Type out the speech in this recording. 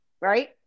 Right